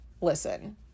listen